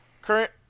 current